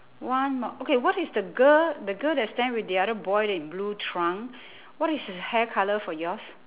one more okay what is the girl the girl that stand with the other boy that in blue trunk what is his hair colour for yours